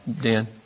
Dan